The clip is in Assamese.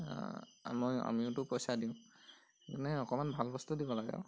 মই আমিওতো পইচা দিওঁ সেইকাৰণে অকণমান ভাল বস্তু দিব লাগে আৰু